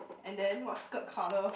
and then what skirt colour